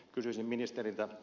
kysyisin ministeriltä